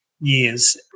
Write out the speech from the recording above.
years